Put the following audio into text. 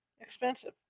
expensive